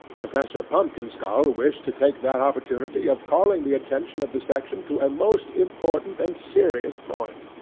professor pumpkinskull wished to take that opportunity of calling the attention of the section to a most important and serious point.